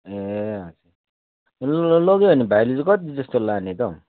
ए अच्छो लो लोग्यो भने भाइले चाहिँ कति जस्तो लान त हौ